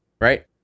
right